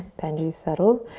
benji's settled.